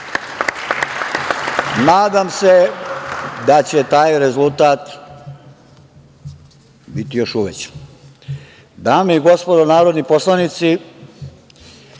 Nadam se da će taj rezultat biti još uvećan. Dame i gospodo narodni poslanici,